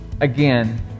Again